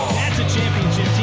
championship